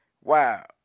wow